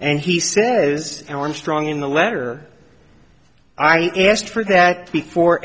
and he says armstrong in the letter i asked for that before